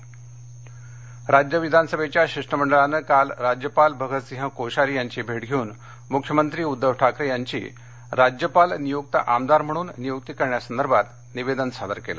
राज्यपाल निवेदन राज्य विधानसभेच्या शिष्टमंडळानं काल राज्यपाल भगतसिंह कोश्यारी यांची भेट घेऊन मुख्यमंत्री उद्धव ठाकरे यांची राज्यपाल नियुक्त आमदार म्हणून नियुक्ती करण्यासंदर्भात निवेदन सादर केलं